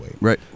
Right